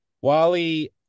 Wally